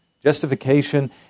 Justification